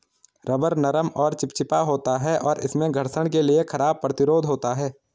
rubber नरम और चिपचिपा होता है, और इसमें घर्षण के लिए खराब प्रतिरोध होता है